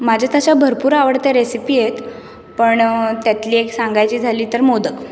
माझ्या तशा भरपूर आवडत्या रेसिपी आहेत पण त्यातली एक सांगायची झाली तर मोदक